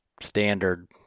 standard